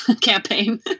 campaign